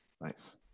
Nice